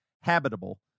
habitable